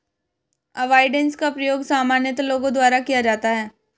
avoidance का प्रयोग सामान्यतः लोगों द्वारा किया जाता है